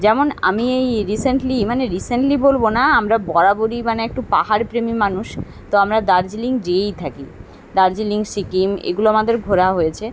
যেমন আমি এই রিসেন্টলি মানে রিসেন্টলি বলবো না আমরা বরাবরই মানে একটু পাহাড়প্রেমী মানুষ তো আমরা দার্জিলিং যেয়েই থাকি দার্জিলিং সিকিম এগুলো আমাদের ঘোরা হয়েছে